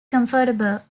comfortable